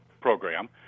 program